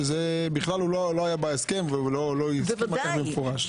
שזה בכלל הוא לא היה בהסכם והוא לא הסכים על כך במפורש.